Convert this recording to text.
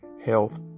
health